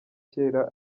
kera